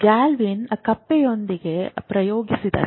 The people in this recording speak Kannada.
ಗಾಲ್ವಾನಿ ಕಪ್ಪೆಯೊಂದನ್ನು ಪ್ರಯೋಗಿಸಿದರು